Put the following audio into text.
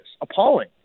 appalling